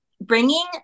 bringing